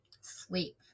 Sleep